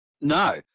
No